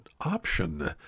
option